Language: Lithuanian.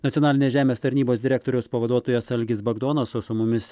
nacionalinės žemės tarnybos direktoriaus pavaduotojas algis bagdonas o su mumis